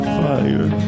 fire